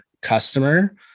customer